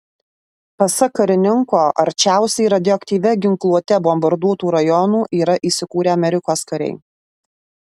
pasak karininko arčiausiai radioaktyvia ginkluote bombarduotų rajonų yra įsikūrę amerikos kariai